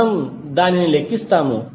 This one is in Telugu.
మనము దానిని లెక్కిస్తాము